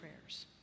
prayers